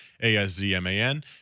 A-S-Z-M-A-N